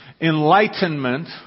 enlightenment